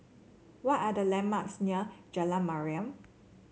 what are the landmarks near Jalan Mariam